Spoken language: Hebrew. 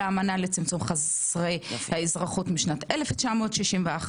האמנה לצמצום חסרי האזרחות משנת 1961,